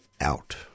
out